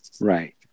right